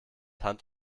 hand